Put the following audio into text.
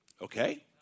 Okay